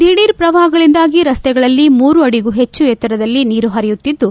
ದಿಢೀರ್ ಪ್ರವಾಪಗಳಿಂದಾಗಿ ರಸ್ತೆಗಳಲ್ಲಿ ಮೂರು ಆಡಿಗೂ ಹೆಚ್ಚು ಎತ್ತರದಲ್ಲಿ ನೀರು ಪರಿಯುತ್ತಿದ್ದು